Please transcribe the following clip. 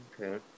Okay